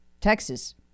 Texas